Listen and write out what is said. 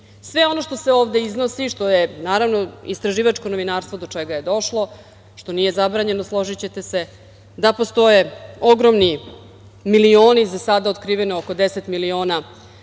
Sve ono što se ovde iznosi i što je, naravno, istraživačko novinarstvo, do čega je došlo, što nije zabranjeno, složićete se, da postoje ogromni milioni, za sada otkriveno oko 10 miliona